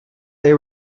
they